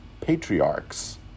patriarchs